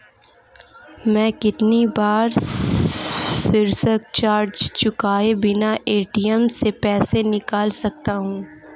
मैं कितनी बार सर्विस चार्ज चुकाए बिना ए.टी.एम से पैसे निकाल सकता हूं?